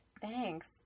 Thanks